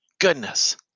goodness